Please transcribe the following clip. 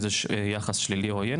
איזה יחס שלישי עוין,